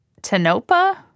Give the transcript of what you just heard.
Tanopa